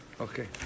okay